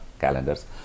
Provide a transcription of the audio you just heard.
calendars